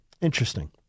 interesting